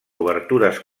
obertures